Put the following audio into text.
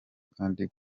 kandi